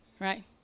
right